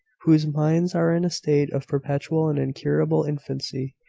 whose minds are in a state of perpetual and incurable infancy.